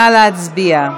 נא להצביע.